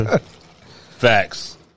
Facts